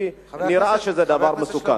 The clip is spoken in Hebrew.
כי נראה שזה דבר מסוכן.